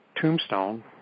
tombstone